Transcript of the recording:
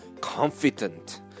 confident